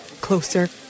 closer